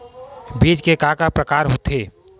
बीज के का का प्रकार होथे?